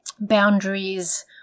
boundaries